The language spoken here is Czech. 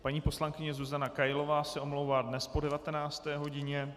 Paní poslankyně Zuzana Kailová se omlouvá dnes po 19. hodině.